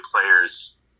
players